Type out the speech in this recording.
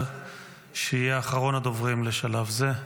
שיהיה האחרון הדוברים לשלב זה,